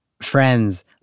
friends